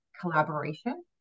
collaboration